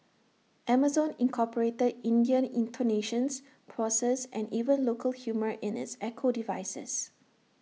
Amazon incorporated Indian intonations pauses and even local humour in its echo devices